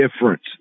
difference